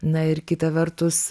na ir kita vertus